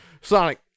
Sonic